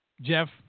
Jeff